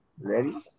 Ready